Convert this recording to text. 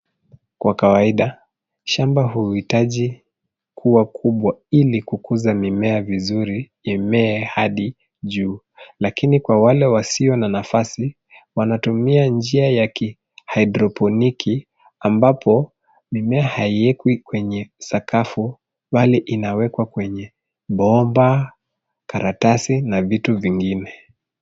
Kwa kawaida, shamba huhitaji kuwa kubwa ili kukuza mimea vizuri imee hadi juu. Lakini kwa wale wasio na nafasi, wanatumia njia ya kihaidroponiki ambapo mimea haiwekwi kwenye sakafu, bali inawekwa kwenye bomba, karatasi na vitu vingine.